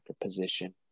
position